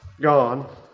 gone